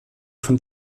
von